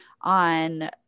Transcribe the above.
on